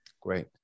Great